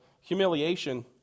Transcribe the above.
humiliation